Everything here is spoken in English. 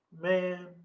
Man